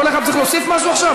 כל אחד צריך להוסיף משהו עכשיו?